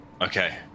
Okay